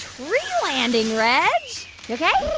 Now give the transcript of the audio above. tree landing, reg. you ok?